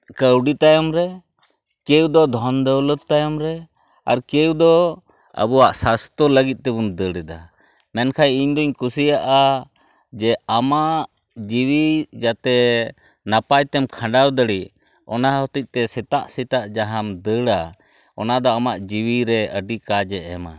ᱠᱟᱹᱣᱰᱤ ᱛᱟᱭᱚᱢ ᱨᱮ ᱠᱮᱣ ᱫᱚ ᱫᱷᱚᱱ ᱫᱳᱣᱞᱚᱛ ᱛᱟᱭᱚᱢᱨᱮ ᱟᱨ ᱠᱮᱣ ᱫᱚ ᱟᱵᱚᱣᱟᱜ ᱥᱟᱥᱛᱚ ᱞᱟᱹᱜᱤᱫ ᱛᱮᱵᱚᱱ ᱫᱟᱹᱲ ᱮᱫᱟ ᱢᱮᱱᱠᱷᱟᱱ ᱤᱧᱫᱚᱧ ᱠᱩᱥᱤᱭᱟᱜᱼᱟ ᱡᱮ ᱟᱢᱟᱜ ᱡᱤᱣᱤ ᱡᱟᱛᱮ ᱱᱟᱯᱟᱭᱛᱮᱢ ᱠᱷᱟᱸᱰᱟᱣ ᱫᱟᱲᱮ ᱚᱱᱟ ᱦᱚᱛᱮᱡ ᱛᱮ ᱥᱮᱛᱟᱜ ᱥᱮᱛᱟᱜ ᱡᱟᱦᱟᱸᱢ ᱫᱟᱹᱲᱟ ᱚᱱᱟ ᱫᱚ ᱟᱢᱟᱜ ᱡᱤᱣᱤ ᱨᱮ ᱟᱹᱰᱤ ᱠᱟᱡᱮ ᱮᱢᱟ